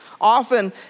Often